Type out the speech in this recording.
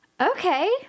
okay